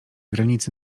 granicy